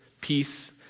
peace